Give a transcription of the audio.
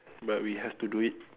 but we have to do it